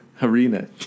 Arena